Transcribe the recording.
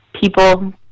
people